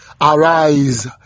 arise